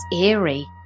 eerie